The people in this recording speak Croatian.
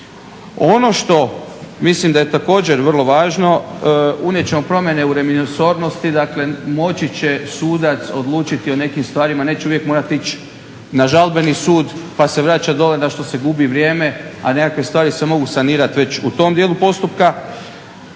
Ono što mislim da je također vrlo važno, unijet ćemo promjene u …/Ne razumije se./…, dakle moći će sudac odlučiti o nekim stvarima, neće uvijek morati ići na žalbeni sud pa se vraćati dole na što se gubi vrijeme, a nekakve stvari se mogu sanirat već u tom dijelu postupka.